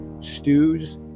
stews